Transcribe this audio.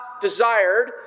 desired